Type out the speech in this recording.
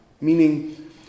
meaning